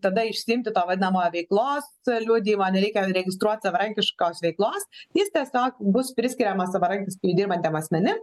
tada išsiimti to vadinamojo veiklos liudijimo nereikia registruot savarankiškos veiklos jis tiesiog bus priskiriamas savarankiskai dirbantiem asmenim